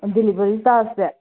delivery ꯆꯥꯔꯖꯁꯦ